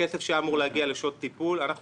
הכסף שהיה אמור להגיע לשעות טיפול אנחנו